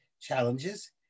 challenges